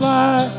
Fly